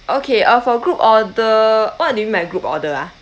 okay uh for group order what do you mean by group order ah